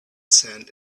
sand